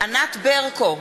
ענת ברקו,